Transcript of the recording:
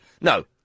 No